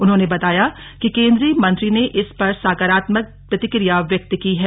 उन्होंने बताया कि केन्द्रीय मंत्री ने इस पर सकारात्मक प्रतिक्रिया व्यक्त की है